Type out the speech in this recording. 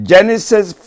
Genesis